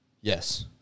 Yes